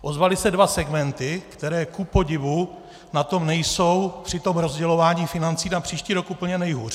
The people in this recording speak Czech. Ozvaly se dva segmenty, které kupodivu na tom nejsou při tom rozdělování financí na příští rok úplně nejhůř.